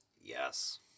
Yes